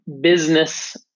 business